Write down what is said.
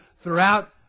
throughout